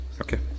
Okay